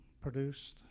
produced